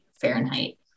Fahrenheit